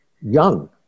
young